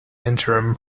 interim